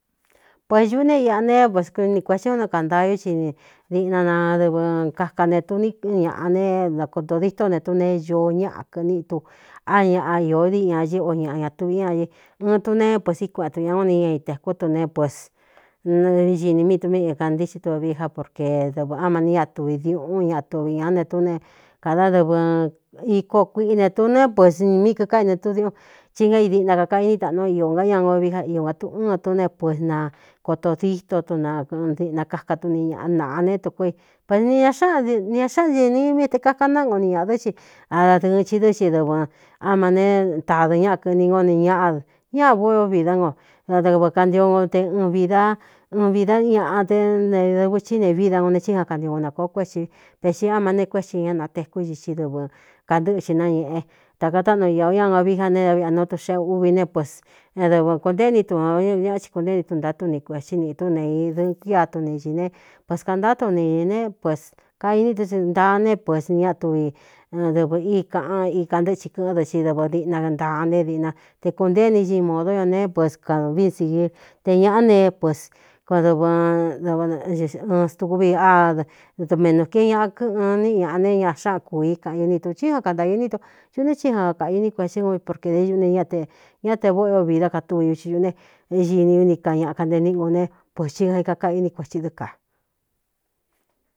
Puēs ñuꞌú ne i a neé paskni kuetɨ u nɨ kantaiú ci diꞌna nadɨvɨ kaka ne tu nín ñāꞌa ne na koto dîtó ne túneé ñoo ñaꞌa kɨ níꞌ tu á ñaꞌa īó diꞌi ñā ñí o ñaꞌa ñatuv ña ñi ɨn tuneé pesi kueꞌen tu ña ó ni ña itēkú tu neé pesñini míi tumikantíxí tu vi já porke dɨvɨ á mani ña tuvi diuꞌun ña tuvi ñāá ne túne kādádɨvɨ íko kuiꞌine tu neé pēsn míi kikáine túdiuꞌunn tí gá i diꞌna kaka iní taꞌnu iō nga ña ū vi ja io aɨn túne pɨs na kotoo díto tu nadiꞌna kaka tuni nāꞌa né tuko i pes ni ñáꞌni ña xáꞌanini míi te kakan náꞌan g o ni ñāꞌa dɨ́ ci adadɨɨn chi dɨ́ xi dɨvɨn áma ne tādɨn ñáꞌa kɨ̄ꞌni n o ni ñáꞌadɨ ñá vóꞌ e o vidá ngo adɨɨvɨ kantio ngo te vda ɨ vida ñaꞌa té ne dɨvɨ chííne vída ngo ne chíjan kantio nakōó kuétsi pexi á ma ne kuétsi ñá natekú ixi dɨvɨ kantɨ́ꞌxi nañēꞌe tā katáꞌnu īā o ña ūo vi ja ne aviꞌ a nu tuxeꞌe úvi né pest ñadɨvɨ kūntée ini tu o ññáꞌa ti kunténi tuntáá tú ni kuēthí niꞌī tú ne īdɨɨn kia tune ñīí ne peskāntáá tu niñī ne pēs kainí tɨ i ntaa ne pēsnña tuvi dɨvɨ í kāꞌan ika ntɨ́xhi kɨ̄ꞌɨ́n dɨ i dɨvɨ diꞌna ntaa né diꞌna te kūntéini ñi modo ño neé pos kavin sigír te ñāꞌá neépas kdɨn tukvi ádɨɨdumenū kié ñaꞌa kɨꞌɨn níꞌi ñāꞌa ne ña xáꞌan kuií kaꞌan uni tu thí jan kanta iní tu ñuꞌ ne thíjan akaꞌa iní kuetɨ ku i porkē dé ñuꞌ ne ñae ña te vóꞌo o vi dá ka túvi uhi ñuꞌne ñini úni ka ñaꞌakante niꞌ gu ne pēthi ka ikakaꞌ iní kuēti dɨ́ kā.